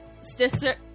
sister